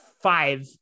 five